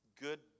good